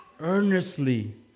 Earnestly